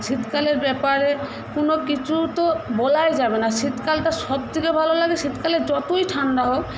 শীতকালের ব্যাপারে কোনও কিছু তো বলাই যাবে না শীতকালটা সবথেকে ভালো লাগে শীতকালে যতই ঠাণ্ডা হোক